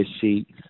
sheets